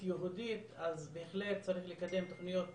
יהודית אז בהחלט צריך לקדם תוכניות